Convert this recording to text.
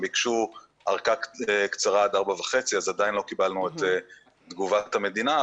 הם ביקשו ארכה קצרה עד 16:30 אז עדיין לא קיבלנו את תגובת המדינה.